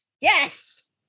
Yes